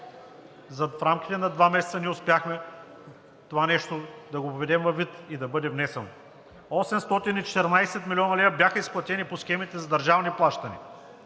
В рамките на два месеца ние успяхме това нещо да го приведем във вид и да бъде внесено. 814 млн. лв. бяха изплатени по схемите за държавни плащания,